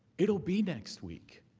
it will be next week.